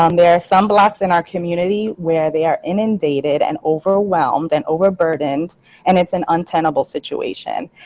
um there are some blocks in our community where they are inundated and overwhelmed and overburdened and it's an untenable situation.